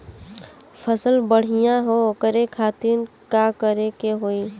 फसल बढ़ियां हो ओकरे खातिर का करे के होई?